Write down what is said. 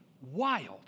wild